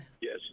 Yes